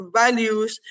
values